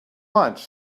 lunch